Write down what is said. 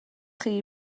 chi